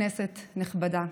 כנסת נכבדה,